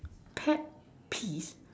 pet peeve